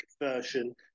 version